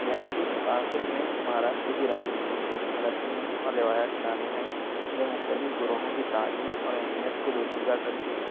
یہاں کی ثقافت میں مہاراشٹر کی رنگینی رسمیں اور روایات شامل ہیں جو مختلف گروہوں کی تعلیم اور اہمیت کو دوشیزہ کرتی ہیں